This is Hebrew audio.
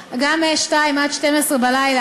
מ-14:00 עד 24:00,